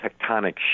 tectonic